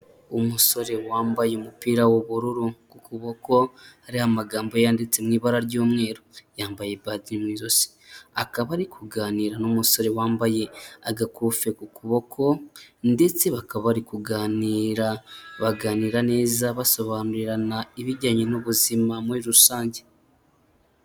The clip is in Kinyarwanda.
Umusore wambaye umupira w'ubururu' ku kuboko hari amagambo yanditse mu ibara ry'umweru, yambaye baji mu ijosi, akaba ari kuganira n'umusore wambaye agakofi ku kuboko ndetse bakaba bari kuganira, baganira neza basobanura ibijyanye n'ubuzima muri rusange.